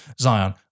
Zion